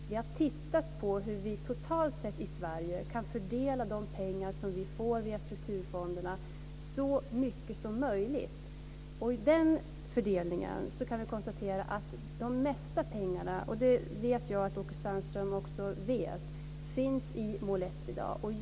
Vi har tittat på hur vi totalt sett i Sverige kan fördela de pengar vi får via strukturfonderna så långt som möjligt. Vi kan konstatera att de mesta pengarna i den fördelningen - och det vet jag att också Åke Sandström vet - i dag finns i mål 1.